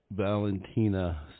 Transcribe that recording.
Valentina